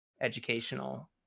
educational